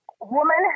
Woman